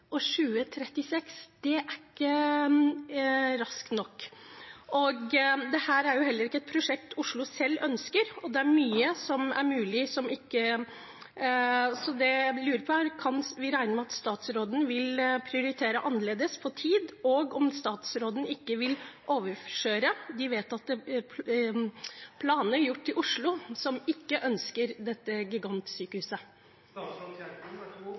og 2036 er ikke raskt nok. Dette er jo heller ikke et prosjekt Oslo selv ønsker. Det jeg lurer på er: Kan vi regne med at statsråden vil prioritere annerledes når det gjelder tid, og at statsråden ikke vil overkjøre de vedtatte planene gjort i Oslo, som ikke ønsker dette gigantsykehuset? Prosessen ved Oslo universitetssykehus for å